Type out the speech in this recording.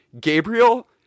gabriel